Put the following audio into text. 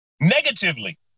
negatively